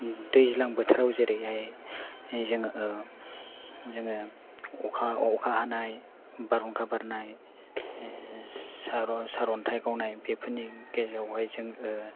दैज्लां बोथोराव जेरैहाय जोङो अखा हानाय बारहुंखा बारनाय सार'न्थाय गावनाय बेफोरनि गेजेरावहाय जों